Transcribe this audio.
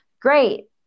great